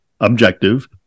objective